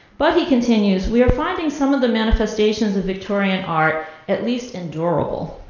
but he continues, we are finding some of the manifestations of victorian art at least endurable.